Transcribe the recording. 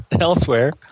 elsewhere